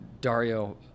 Dario